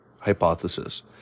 hypothesis